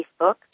Facebook